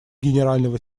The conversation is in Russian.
генерального